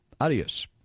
Adios